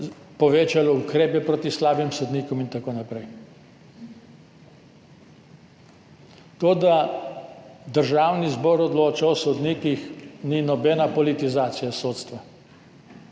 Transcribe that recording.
povečalo ukrepov proti slabim sodnikom in tako naprej. To, da Državni zbor odloča o sodnikih, ni nobena politizacija sodstva.